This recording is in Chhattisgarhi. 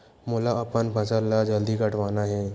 मोला अपन फसल ला जल्दी कटवाना हे?